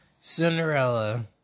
Cinderella